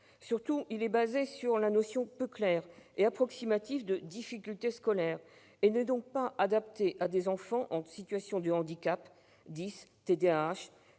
Surtout, il est basé sur la notion peu claire et approximative de « difficultés scolaires » et n'est donc pas adapté à des enfants en situation de handicap, « dys